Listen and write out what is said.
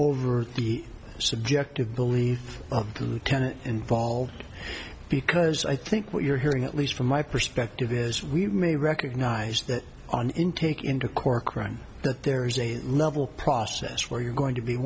the subjective beliefs of the lieutenant involved because i think what you're hearing at least from my perspective is we may recognize that on intake into corkran that there is a level process where you're going to be